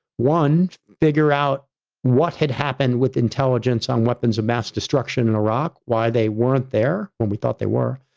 one, figure out what had happened with intelligence on weapons of mass destruction in iraq, why they weren't there when we thought they were,